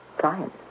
clients